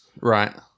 right